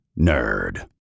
nerd